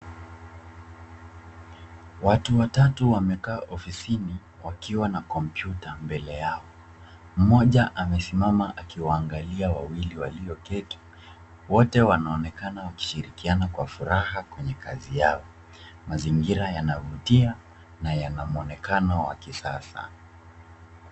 Watu watatu wamekaa ofisini wakiwa na kompyuta mbele yao. Mmoja amesimama akiwaangalia wawili walioketi. Wote wanaonekana wakishirikiana kwa furaha kwenye kazi yao. Mazingira yanavutia na yana mwonekano wa kisasa.